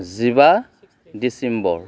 जिबा डिसेम्बर